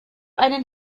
einen